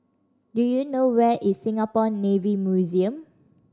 do you know where is Singapore Navy Museum